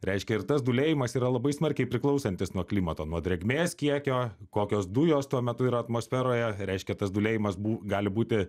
reiškia ir tas dūlėjimas yra labai smarkiai priklausantis nuo klimato nuo drėgmės kiekio kokios dujos tuo metu yra atmosferoje reiškia tas dūlėjimas bu gali būti